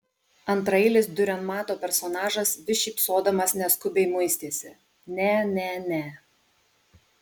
antraeilis diurenmato personažas vis šypsodamas neskubiai muistėsi ne ne ne